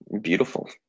Beautiful